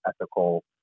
ethical